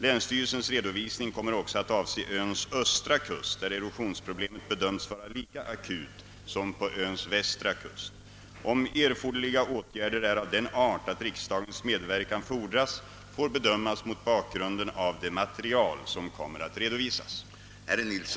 Länsstyrelsens redovisning kommer också att avse öns östra kust, där erosionsproblemet bedömts vara lika akut som på Öns västra sida. Om erforderliga åtgärder är av den art att riksdagens medverkan fordras får bedömas mot bakgrunden av det material som kommer att redovisas.